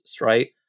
right